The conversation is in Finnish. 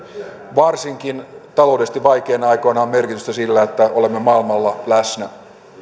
varsinkin taloudellisesti vaikeina aikoina on merkitystä sillä että olemme maailmalla läsnä